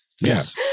Yes